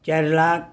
ଚାଏର୍ ଲାଖ୍